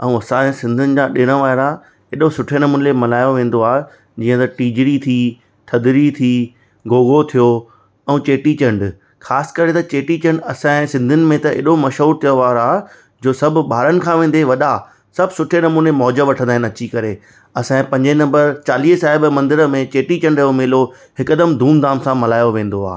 ऐं असांजे सिन्धीनि जा ॾिण वार हेॾे सुठे नमूने मल्हाया वेंदा आहिनि जीअं त टिजड़ी थी थदरी थी गोगो थियो ऐं चेटीचंडु ख़ासि करे त चेटीचंड असांजे सिन्धिनि में त हेॾो मशूहरु तहिवारु आहे जो सभु ॿारनि खे वेंदे वॾा सभु सुठे नमूने मौज वठंदा आहिनि अची करे असांजे पंजे नंबर चालिहे साहिब मंदरु में चेटीचंड जो मेलो हिकदम धामधूम सां मल्हायो वेंदो आहे